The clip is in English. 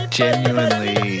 genuinely